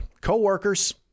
co-workers